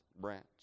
branch